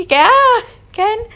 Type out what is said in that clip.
ya kan